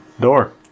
door